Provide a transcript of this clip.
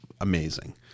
amazing